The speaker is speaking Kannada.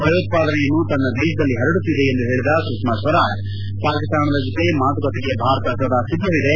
ಭಯೋತ್ವಾದನೆಯನ್ನು ತನ್ನ ದೇಶದಲ್ಲಿ ಹರಡುತ್ತಿದೆ ಎಂದು ಹೇಳಿದ ಸುಷ್ನಾ ಸ್ವರಾಜ್ ಪಾಕಿಸ್ತಾನದ ಜತೆ ಮಾತುಕತೆಗೆ ಭಾರತ ಸದಾ ಸಿದ್ಧವಿದೆ